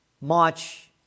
march